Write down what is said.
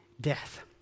Death